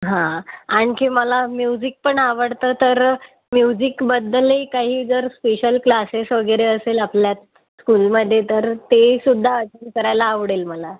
हा आणखी मला म्युझिक पण आवडतं तर म्युझिकबद्दलही काही जर स्पेशल क्लासेस वगैरे असेल आपल्यात स्कूलमध्ये तर ते सुद्धा अचिव्ह करायला आवडेल मला